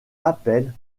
appel